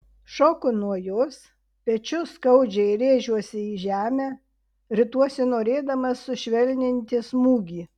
šoku nuo jos pečiu skaudžiai rėžiuosi į žemę rituosi norėdamas sušvelninti smūgį